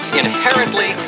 inherently